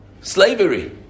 slavery